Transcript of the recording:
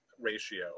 ratio